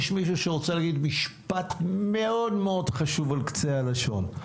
יש מישהו שרוצה להגיד משפט מאוד מאוד חשוב על קצה הלשון?